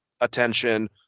attention